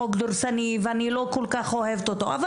חוק דורסני ואני לא כל כך אוהבת אותו אבל